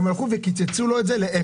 הם הלכו וקיצצו לו את זה לאפס.